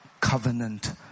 covenant